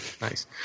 Nice